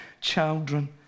children